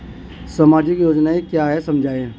सामाजिक नियोजन क्या है समझाइए?